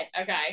Okay